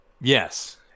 Yes